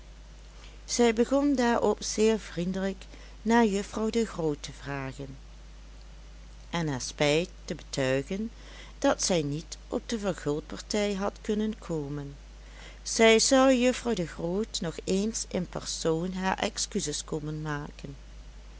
zij begon daarop zeer vriendelijk naar juffrouw de groot te vragen en haar spijt te betuigen dat zij niet op de verguldpartij had kunnen komen zij zou juffrouw de groot nog eens in persoon haar excuses komen maken